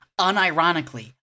Unironically